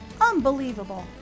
unbelievable